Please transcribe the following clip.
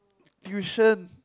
tuitions